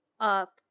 up